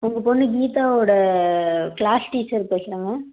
உங்கள் பொண்ணு கீதாவோடய கிளாஸ் டீச்சர் பேசுகிறேங்க